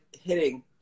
hitting